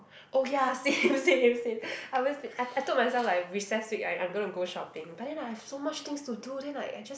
oh ya same same same I always I I told myself like recess week I'm I'm gonna go shopping but then I have so much things to do then like I just